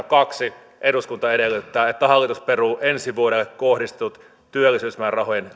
kaksi eduskunta edellyttää että hallitus peruu ensi vuodelle kohdistetut työllisyysmäärärahojen